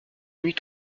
nuit